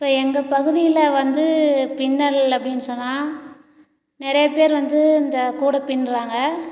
இப்போ எங்கள் பகுதியில வந்து பின்னல் அப்படின்னு சொன்னால் நிறையா பேர் வந்து இந்த கூடை பின்னுறாங்க